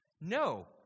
No